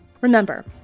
Remember